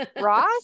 Ross